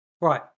Right